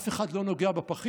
אף אחד לא נוגע בפחית.